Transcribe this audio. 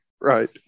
Right